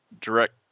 direct